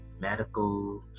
medical